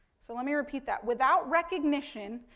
so, let me repeat that, without recognition,